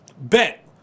bet